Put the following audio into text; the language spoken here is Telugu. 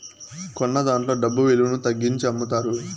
కొన్నదాంట్లో డబ్బు విలువను తగ్గించి అమ్ముతారు